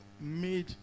made